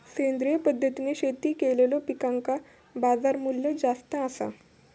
सेंद्रिय पद्धतीने शेती केलेलो पिकांका बाजारमूल्य जास्त आसा